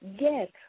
Yes